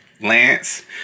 Lance